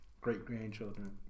great-grandchildren